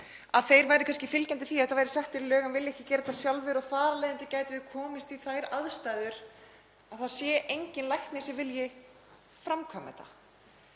að þeir væru kannski fylgjandi því að þetta yrði sett í lög en þeir vildu ekki gera þetta sjálfir og þar af leiðandi gætum við komist í þær aðstæður að það sé enginn læknir sem vilji framkvæma þetta.